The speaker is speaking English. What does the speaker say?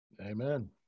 amen